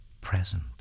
present